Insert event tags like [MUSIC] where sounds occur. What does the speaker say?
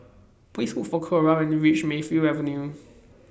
[NOISE] Please Look For Clora when YOU REACH Mayfield Avenue